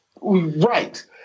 right